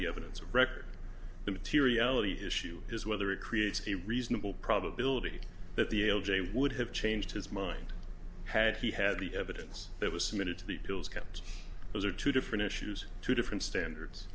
the evidence of record the materiality issue is whether it creates a reasonable probability that the l j would have changed his mind had he had the evidence that was submitted to the bills kept those are two different issues two different standards